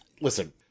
Listen